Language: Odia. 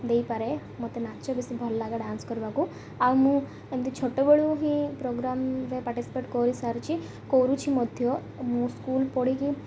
ଦେଇପାରେ ମୋତେ ନାଚ ବେଶୀ ଭଲ ଲାଗେ ଡ଼୍ୟାନ୍ସ କରିବାକୁ ଆଉ ମୁଁ ଏମିତି ଛୋଟବେଳୁ ହିଁ ପ୍ରୋଗ୍ରାମ୍ରେ ପାର୍ଟିସିପେଟ୍ କରିସାରୁଛି କରୁଛି ମଧ୍ୟ ମୁଁ ସ୍କୁଲ୍ ପଢ଼ିକି